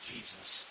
Jesus